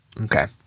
Okay